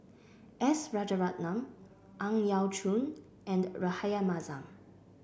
S Rajaratnam Ang Yau Choon and Rahayu Mahzam